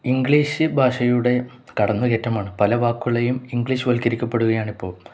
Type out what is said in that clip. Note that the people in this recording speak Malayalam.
ഇംഗ്ലീഷ് ഭാഷയുടെ കടന്നുകയറ്റമാണ് പല വാക്കുകളെയും ഇംഗ്ലീഷ്വല്ക്കരിക്കപ്പെടുകയാണിപ്പോള്